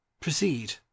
Proceed